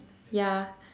ya